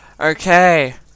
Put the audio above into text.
Okay